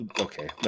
Okay